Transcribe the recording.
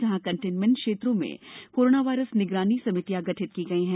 जहां कंटेन्मेंट क्षेत्रों में कोरोना वायरस निगरानी समितियां गठित की गई हैं